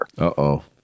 Uh-oh